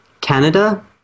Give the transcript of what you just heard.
Canada